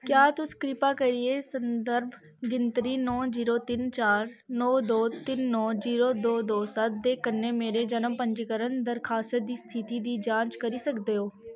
क्या तुस कृपा करियै संदर्भ गिनतरी नौ जीरो तिन्न चार नौ दो तिन्न नौ जीरो दो दो सत्त दे कन्नै मेरे जनम पंजीकरण दरखास्त दी स्थिति दी जांच करी सकदे ओ